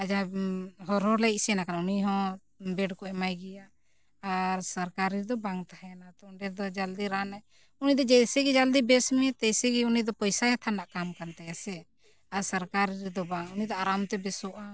ᱟᱨ ᱡᱟᱦᱟᱸᱭ ᱦᱚᱨᱦᱚ ᱣᱟᱞᱟ ᱤᱡ ᱮ ᱥᱮᱱ ᱟᱠᱟᱱᱟ ᱮᱱᱠᱷᱟᱱ ᱩᱱᱤ ᱦᱚᱸ ᱵᱮᱰ ᱠᱚ ᱮᱢᱟᱭ ᱜᱮᱭᱟ ᱟᱨ ᱥᱚᱨᱠᱟᱨᱤ ᱨᱮᱫᱚ ᱵᱟᱝ ᱛᱟᱦᱮᱱᱟ ᱛᱚ ᱚᱸᱰᱮ ᱫᱚ ᱡᱚᱞᱫᱤ ᱨᱟᱱᱮ ᱩᱱᱤ ᱫᱚ ᱡᱮᱭᱥᱮ ᱜᱮ ᱡᱟᱞᱫᱤ ᱵᱮᱥ ᱢᱮ ᱛᱮᱭᱥᱮ ᱜᱮ ᱩᱱᱤ ᱫᱚ ᱯᱚᱭᱥᱟ ᱦᱟᱛᱟᱣ ᱨᱮᱱᱟᱜ ᱠᱟᱢ ᱠᱟᱱ ᱛᱟᱭᱟ ᱥᱮ ᱟᱨ ᱥᱚᱨᱠᱟᱨ ᱨᱮᱫᱚ ᱵᱟᱝ ᱩᱱᱤ ᱫᱚ ᱟᱨᱟᱢ ᱛᱮ ᱵᱮᱥᱚᱜᱼᱟ